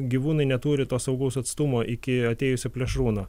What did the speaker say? gyvūnai neturi to saugaus atstumo iki atėjusio plėšrūno